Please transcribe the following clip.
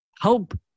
help